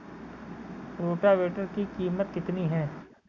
Rotavator की कीमत कितनी है?